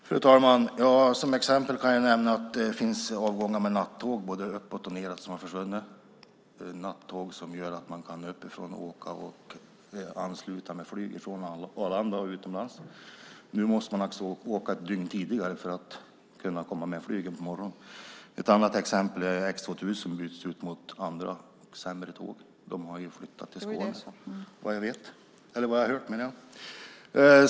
Fru talman! Som exempel kan jag nämna att avgångar med nattåg både norr och söderut har försvunnit. Det gäller nattåg som gör att man norrifrån kan ansluta till flyg från Arlanda till utlandet. Nu måste man åka ett dygn tidigare för att hinna med flyget på morgonen. Ett annat exempel är att X 2000 bytts ut mot andra och sämre tåg. De har flyttat till Skåne, vad jag har hört.